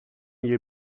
you